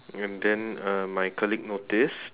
and then uh my colleague noticed